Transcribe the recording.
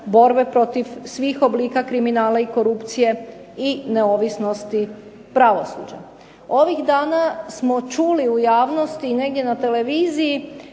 borbe protiv svih oblika kriminala i korupcije i neovisnosti pravosuđa. Ovih dana smo čuli u javnosti i negdje na televiziji